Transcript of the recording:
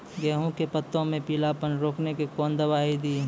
गेहूँ के पत्तों मे पीलापन रोकने के कौन दवाई दी?